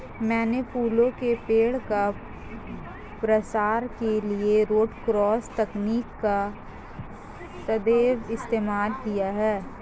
मैंने फलों के पेड़ का प्रसार के लिए रूट क्रॉस तकनीक का सदैव इस्तेमाल किया है